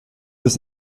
des